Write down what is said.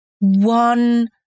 one